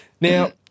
Now